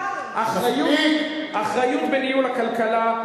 אחריות בניהול הכלכלה.